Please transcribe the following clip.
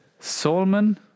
Solman